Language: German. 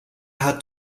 hat